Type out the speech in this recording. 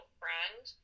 friend